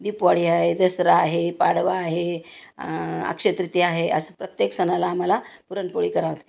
दीपवाळी आहे दसरा आहे पाडवा आहे आक्षतृतीया आहे असं प्रत्येक सणाला आम्हाला पुरणपोळी करावते